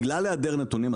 בגלל היעדר נתונים,